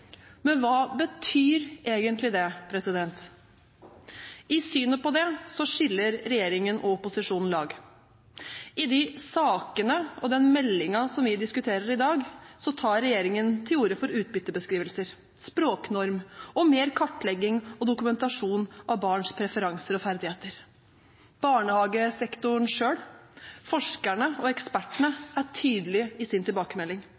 Men hva betyr egentlig det? I synet på det skiller regjeringen og opposisjonen lag. I de sakene og den meldingen som vi diskuterer i dag, tar regjeringen til orde for utbyttebeskrivelser, språknorm og mer kartlegging og dokumentasjon av barns preferanser og ferdigheter. Barnehagesektoren selv, forskerne og ekspertene er tydelige i sin tilbakemelding: